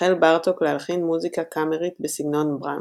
החל בארטוק להלחין מוזיקה קאמרית בסגנון ברהמס.